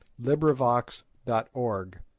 LibriVox.org